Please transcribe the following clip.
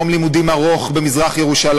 יום לימודים ארוך במזרח-ירושלים,